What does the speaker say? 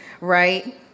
right